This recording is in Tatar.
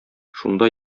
шунда